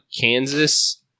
Kansas